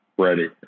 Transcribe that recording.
Ready